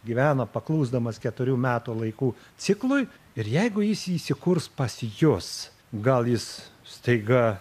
gyvena paklusdamas keturių metų laikų ciklui ir jeigu jis įsikurs pas jus gal jis staiga